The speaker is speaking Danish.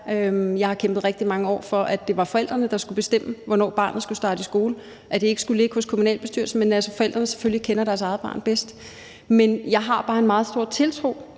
jeg selv er skolelærer, for, at det var forældrene, der skulle bestemme, hvornår barnet skulle starte i skole; at det ikke skulle ligge hos kommunalbestyrelsen – altså ud fra at forældrene selvfølgelig kender deres eget barn bedst. Men jeg har bare en meget stor tiltro